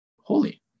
holy